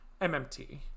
MMT